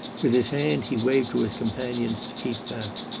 with his hand he waved to his companions to keep back.